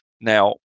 Now